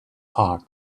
heart